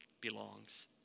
belongs